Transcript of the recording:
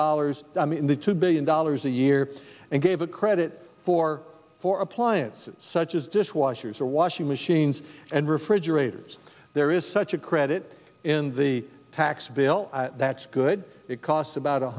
dollars in the two billion dollars a year and gave it credit for for appliances such as dishwashers or washing machines and refrigerators there is such a credit in the tax bill that's good it costs about